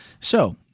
So-